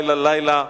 לילה לילה,